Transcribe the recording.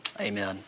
Amen